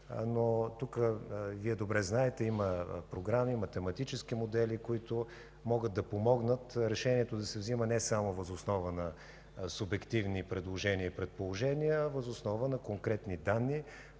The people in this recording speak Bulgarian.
мнения. Вие добре знаете, че има програми, математически модели, които могат да помогнат решението да се вземе не само въз основа на субективни предложения и предположения, а въз основа на конкретни данни,